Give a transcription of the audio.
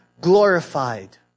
glorified